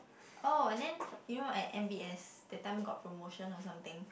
oh and then you know at M_B_S that time got promotion or something